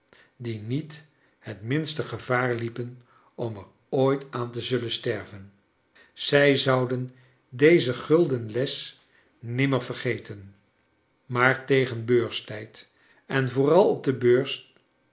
die niet het minste gevaar liepen om er ooit aan te zullen sterven zfj zouden deze gulden les nimmer vergeten maar tegen beurstijd en vooral op de beurs